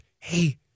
Hey